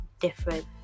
different